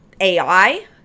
AI